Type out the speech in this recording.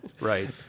Right